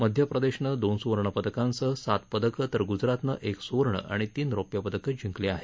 मध्य प्रदेशनं दोन सुवर्ण पदकांसह सात पदकं तर ग्जरातनं एक सुवर्ण आणि तीन रौप्य पदकं जिंकली आहेत